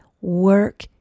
Work